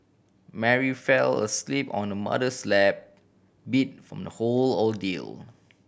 Mary fell asleep on the mother's lap beat from the whole ordeal